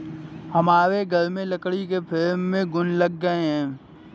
हमारे घर में लकड़ी के फ्रेम में घुन लग गए हैं